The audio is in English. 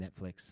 Netflix